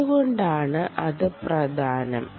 എന്തുകൊണ്ടാണ് അത് പ്രധാനo